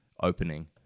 opening